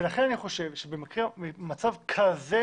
לכן אני חושב שבמצב כזה